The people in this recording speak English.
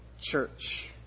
Church